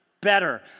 better